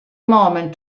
moment